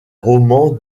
roman